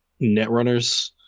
netrunners